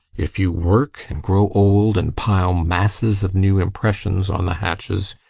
if you work, and grow old, and pile masses of new impressions on the hatches,